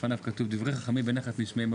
לפניו כתוב "דברי חכמים בנחת נשמעים".